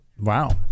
Wow